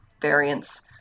variants